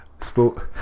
Sport